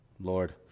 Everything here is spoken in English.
Lord